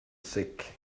sick